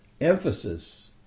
emphasis